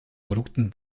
produkten